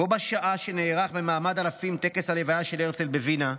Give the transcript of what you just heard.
בה בשעה שנערך במעמד אלפים טקס הלוויה של הרצל בווינה,